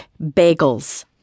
bagels